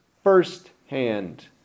first-hand